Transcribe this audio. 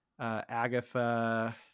Agatha